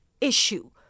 issue